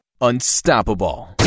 Unstoppable